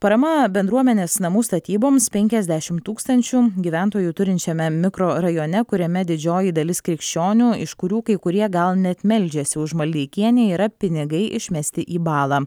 parama bendruomenės namų statyboms penkiasdešim tūkstančių gyventojų turinčiame mikrorajone kuriame didžioji dalis krikščionių iš kurių kai kurie gal net meldžiasi už maldeikienę yra pinigai išmesti į balą